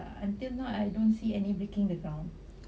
until now I don't see any breaking the ground